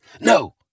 No